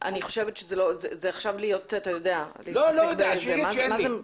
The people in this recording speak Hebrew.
אני לא מבינה למה אתה מתעקש לשאול אותו,